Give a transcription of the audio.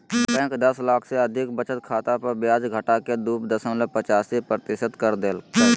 bank दस लाख से अधिक बचत खाता पर ब्याज घटाके दू दशमलब पचासी प्रतिशत कर देल कय